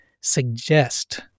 suggest